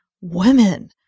women